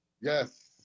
Yes